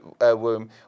womb